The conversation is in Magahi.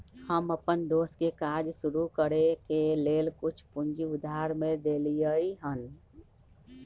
हम अप्पन दोस के काज शुरू करए के लेल कुछ पूजी उधार में देलियइ हन